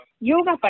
Yoga